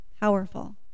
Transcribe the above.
powerful